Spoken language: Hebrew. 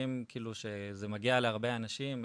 זה מגיע להרבה אנשים,